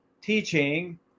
teaching